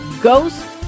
Ghost